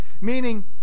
Meaning